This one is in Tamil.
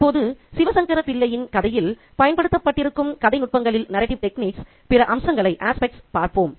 இப்போது சிவசங்கர பிள்ளையின் கதையில் பயன்படுத்தப்பட்டிருக்கும் கதை நுட்பங்களின் பிற அம்சங்களைப் பார்ப்போம்